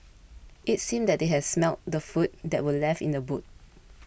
it seemed that they had smelt the food that were left in the boot